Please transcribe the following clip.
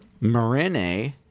Marine